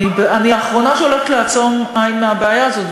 אני האחרונה שהולכת לעצום עין מול הבעיה הזאת.